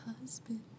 husband